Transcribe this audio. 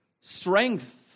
strength